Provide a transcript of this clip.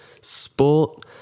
sport